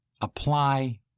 apply